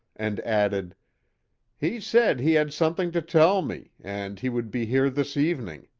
and added he said he had something to tell me, and he would be here this evening.